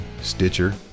stitcher